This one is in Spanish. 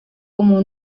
como